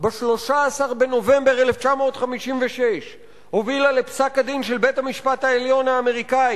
ב-13 בנובמבר 1956 הובילה לפסק-הדין של בית-המשפט העליון האמריקני